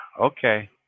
Okay